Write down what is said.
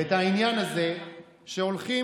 את העניין הזה שהולכים